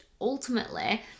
ultimately